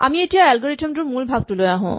আমি এতিয়া এলগৰিথম টোৰ মূল ভাগলৈ আহিছো